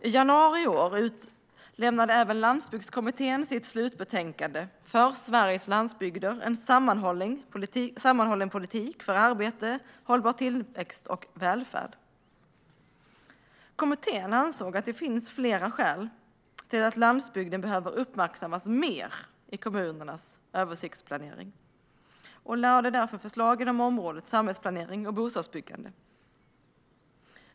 I januari i år lämnade även Landsbygdskommittén sitt slutbetänkande För Sveriges landsbygder - en sammanhållen politik för arbete, hållbar tillväxt och välfärd . Kommittén ansåg att det finns flera skäl till att landsbygden behöver uppmärksammas mer i kommunernas översiktsplanering och lade därför förslag inom området samhällsplanering och bostadsbyggande.